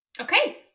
Okay